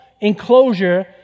enclosure